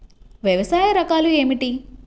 వ్యవసాయ రకాలు ఏమిటి?